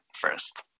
first